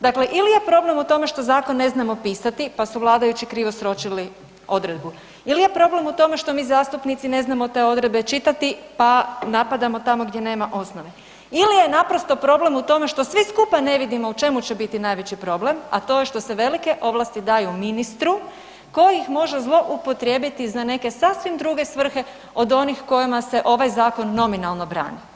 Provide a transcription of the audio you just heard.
Dakle, ili je problem u tome što zakon ne znamo pisati pa su vladajući krivo sročili odredbu ili je problem u tome što mi zastupnici ne znamo te odredbe čitati pa napadamo tamo gdje nema osnove ili je naprosto problem u tome što svi skupa ne vidimo u čemu će biti najveći problem a to je što se velike ovlasti daju ministru koji ih može zloupotrijebiti za neke sasvim druge svrhe od onih kojima se ovaj zakon nominalno brani.